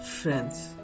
friends